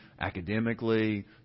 academically